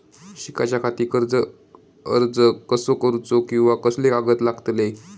शिकाच्याखाती कर्ज अर्ज कसो करुचो कीवा कसले कागद लागतले?